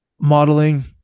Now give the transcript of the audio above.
modeling